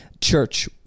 church